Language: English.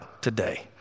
today